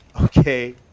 okay